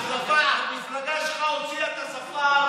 המפלגה שלך הוציאה את השפה הערבית.